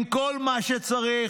עם כל מה שצריך,